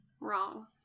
wrong